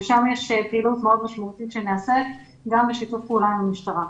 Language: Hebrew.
שם נעשית פעילות מאוד משמעותית גם בשיתוף פעולה עם המשטרה.